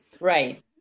right